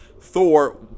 Thor